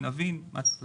נבין מה צריך לתקן,